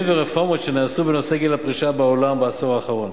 ורפורמות שנעשו בנושא גיל הפרישה בעולם בעשור האחרון.